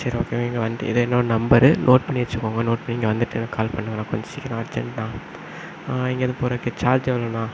சரி ஓகே இங்கே வந்துட்டு இது என்னோட நம்பரு நோட் பண்ணி வச்சுகோங்க நோட் பண்ணி இங்கே வந்துவிட்டு எனக்கு கால் பண்ணுங்கண்ணா கொஞ்சம் சீக்கரம் அர்ஜன்ட்டுண்ணா இங்கேருந்து போகிறதுக்கு சார்ஜ் எவ்வளோண்ணா